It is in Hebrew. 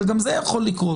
אבל גם זה יכול לקרות.